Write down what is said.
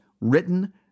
written